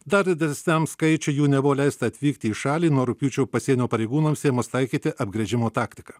dar didesniam skaičiui jų nebuvo leista atvykti į šalį nuo rugpjūčio pasienio pareigūnams ėmus taikyti apgręžimo taktiką